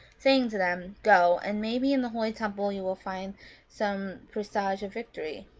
saying to them, go, and maybe, in the holy temple you will find some presage of victory.